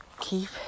keep